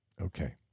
Okay